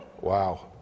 Wow